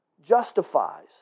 justifies